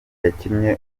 yakinnye